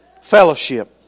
fellowship